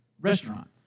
restaurant